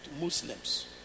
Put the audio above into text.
Muslims